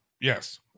Yes